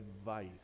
advice